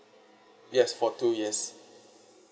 yes for two years